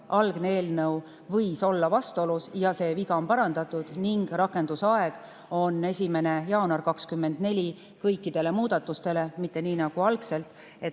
algne eelnõu olla vastuolus. See viga on parandatud ning rakendusaeg on 1. jaanuar 2024 kõikidele muudatustele, mitte nii nagu algselt,